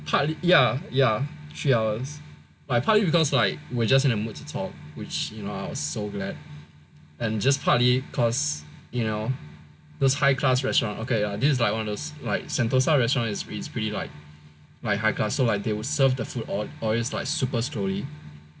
partly ya ya three hours like partly because like we're just in the mood to talk which you know I'm so glad and just partly cause you know those high class restaurant okay ah this is like one of those like Sentosa restaurant it's pretty like like high class so like they will serve the food always like super slowly